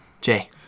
Jay